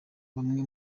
bamwe